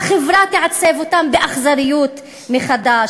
החברה תעצב אותם באכזריות מחדש,